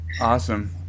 Awesome